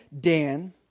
Dan